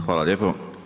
Hvala lijepo.